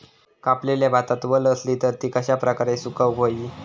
कापलेल्या भातात वल आसली तर ती कश्या प्रकारे सुकौक होई?